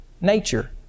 nature